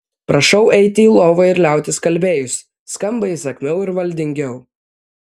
prašau eiti į lovą ir liautis kalbėjus skamba įsakmiau ir valdingiau